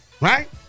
right